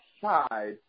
side